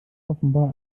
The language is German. offenbar